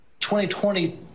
2020